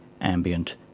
ambient